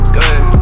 good